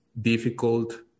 difficult